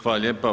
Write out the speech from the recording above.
Hvala lijepa.